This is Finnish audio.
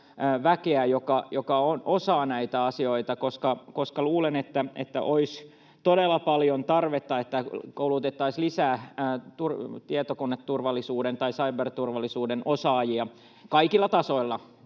väkeä, joka osaa näitä asioita. Luulen, että olisi todella paljon tarvetta sille, että koulutettaisiin lisää tietokoneturvallisuuden tai cyber-turvallisuuden osaajia kaikilla tasoilla